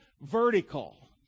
vertical